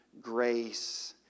grace